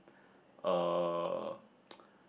uh